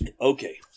Okay